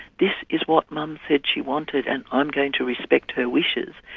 this is what mum said she wanted, and i'm going to respect her wishes,